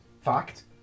Fact